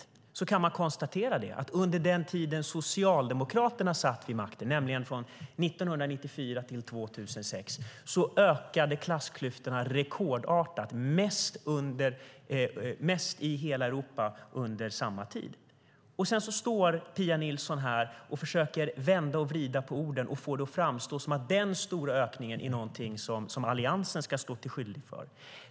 Samtidigt kan man konstatera att klassklyftorna under den tid som Socialdemokraterna satt vid makten, från 1994 till 2006, ökade rekordartat, mest i hela Europa under samma tid. Sedan står Pia Nilsson här och försöker vända och vrida på orden och få det att framstå som att denna stora ökning är någonting som Alliansen är skyldig till.